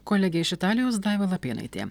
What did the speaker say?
kolegė iš italijos daiva lapėnaitė